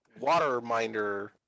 waterminder